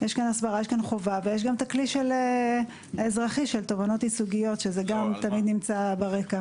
יש חובה ויש הכלי האזרחי של תובענות ייצוגיות שתמיד נמצא ברקע